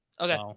Okay